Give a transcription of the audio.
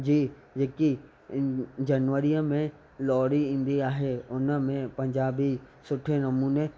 जी जेकी इन जनवरीअ में लोहड़ी ईंदी आहे हुनमें पंजाबी सुठे नमूने